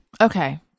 okay